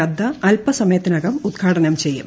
നദ്ദ അൽപ്പസമയത്തിനകം ഉദ്ഘാടനം ചെയ്യും